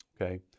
okay